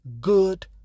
good